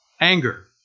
anger